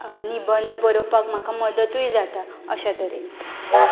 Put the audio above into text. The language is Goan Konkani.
निबंध बरोवपाक म्हाका मदतूय जाता अश्या तरेन